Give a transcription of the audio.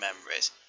memories